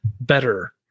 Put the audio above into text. better